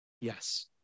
Yes